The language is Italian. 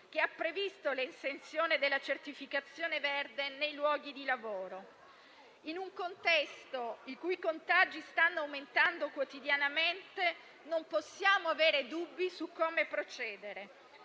che ha previsto l'esenzione della certificazione verde nei luoghi di lavoro). In un contesto in cui contagi stanno aumentando quotidianamente non possiamo avere dubbi su come procedere.